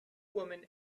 women